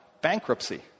bankruptcy